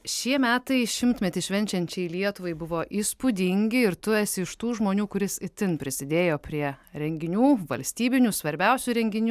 šie metai šimtmetį švenčiančiai lietuvai buvo įspūdingi ir tu esi iš tų žmonių kuris itin prisidėjo prie renginių valstybinių svarbiausių renginių